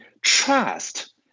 trust